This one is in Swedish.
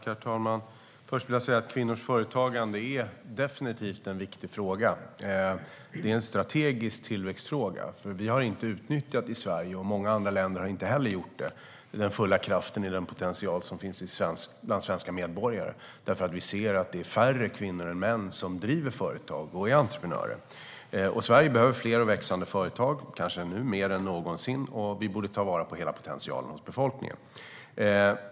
Herr talman! Först vill jag säga att kvinnors företagande definitivt är en viktig fråga. Det är en strategisk tillväxtfråga. Vi i Sverige har inte - och det har man inte heller i många andra länder - utnyttjat den fulla kraften i den potential som finns bland medborgarna. Det är färre kvinnor än män som är entreprenörer och driver företag. Sverige behöver fler och växande företag, kanske nu mer än någonsin, så vi borde ta vara på potentialen hos hela befolkningen.